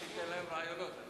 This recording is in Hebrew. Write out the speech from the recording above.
אל תיתן להם רעיונות.